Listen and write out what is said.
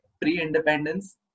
pre-independence